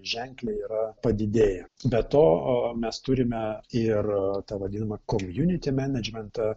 ženkliai yra padidėję be to mes turime ir tą vadinamą komjunity menedžmentą